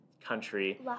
country